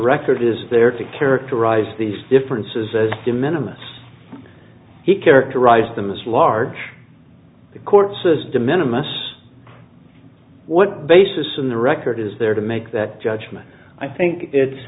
record is there to characterize these differences as the minimum he characterized them as large the court says de minimus what basis in the record is there to make that judgement i think it's